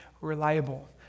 reliable